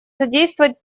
содействовать